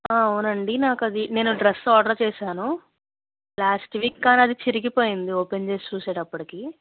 అవునండి నాకు అది నేను డ్రస్ ఆర్డర్ చేశాను లాస్ట్ వీక్ కాని అది చిరిగిపొయింది ఓపెన్ చేసి చూసేటప్పటికి